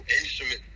instrument